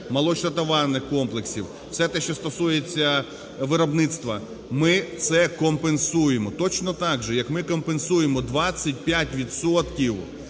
ферм, молочно-товарних комплексів, все те, що стосується виробництва, ми це компенсуємо, точно так же, як ми компенсуємо 25